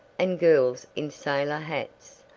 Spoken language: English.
and girls in sailor hats,